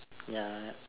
ya